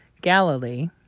Galilee